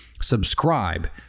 Subscribe